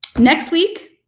next week,